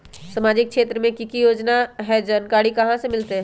सामाजिक क्षेत्र मे कि की योजना है जानकारी कहाँ से मिलतै?